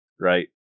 right